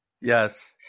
yes